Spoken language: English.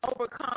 overcome